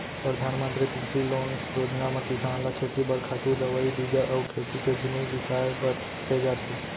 परधानमंतरी कृषि लोन योजना म किसान ल खेती बर खातू, दवई, बीजा अउ खेती के जिनिस बिसाए बर दे जाथे